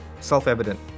self-evident